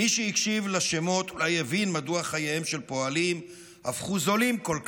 מי שהקשיב לשמות אולי הבין מדוע חייהם של פועלים הפכו זולים כל כך.